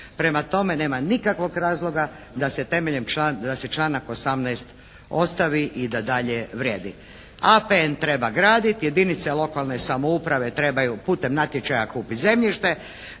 Prema tome, nema nikakvog razloga da se temeljem, da se članak 18. ostavi i da dalje vrijedi. APN treba graditi, jedinice lokalne samouprave trebaju putem natječaja kupiti zemljište,